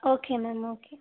okay ma'am okay